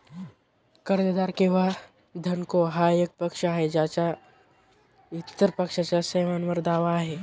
कर्जदार किंवा धनको हा एक पक्ष आहे ज्याचा इतर पक्षाच्या सेवांवर दावा आहे